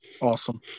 Awesome